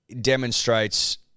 demonstrates